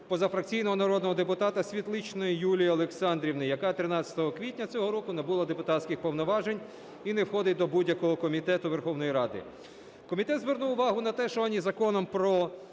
позафракційного народного депутата Світличної Юлії Олександрівни, яка 13 квітня цього року набула депутатських повноважень і не входить до будь-якого комітету Верховної Ради. Комітет звернув увагу на те, що ані Законом про